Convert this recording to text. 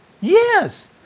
yes